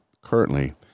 currently